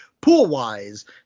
pool-wise